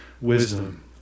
wisdom